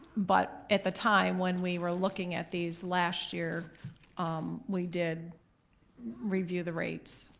but at the time when we were looking at these last year um we did review the rates.